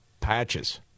patches